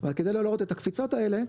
אבל כדי לא להראות את הקפיצות האלה,